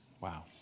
Wow